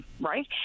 right